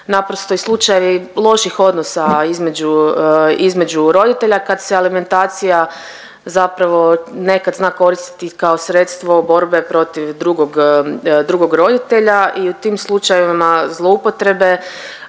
naprosto i slučajevi loših odnosa između roditelja kad se alimentacija zapravo nekad zna koristiti kao sredstvo borbe protiv drugog roditelja i u tim slučajevima zloupotrebe,